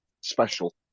special